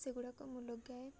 ସେଗୁଡ଼ାକ ମୁଁ ଲଗାଏ